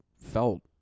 felt